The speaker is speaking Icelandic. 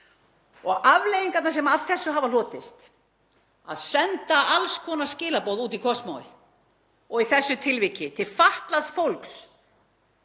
Afleiðingarnar sem af þessu hafa hlotist, að senda alls konar skilaboð út í kosmósið og í þessu tilviki til fatlaðs fólks